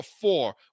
four